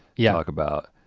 yeah. talk about.